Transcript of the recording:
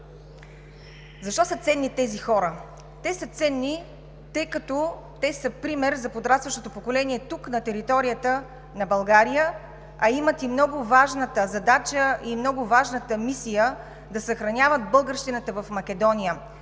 Защо са ценни тези хора? Те са ценни, тъй като са пример за подрастващото поколение тук, на територията на България, а имат и много важната задача и мисия да съхраняват българщината в Македония,